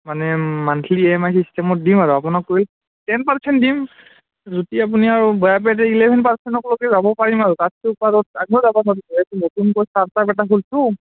মানে monthly E M I চিষ্টেমত দিম আৰু আপোনাক কৈ টেন পাৰ্চেণ্ট দিম যদি আপুনি আৰু বেয়া পায় তেতিয়া ইলেভেন পাৰ্চেণ্টলৈকে যাব পাৰিম আৰু তাতকৈ ওপৰত আমিও যাব নোৰো যিহেতু নতুনকৈ ষ্টাৰ্টআপ এটা খোলছোঁ